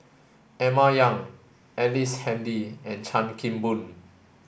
Emma Yong Ellice Handy and Chan Kim Boon